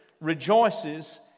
rejoices